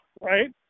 right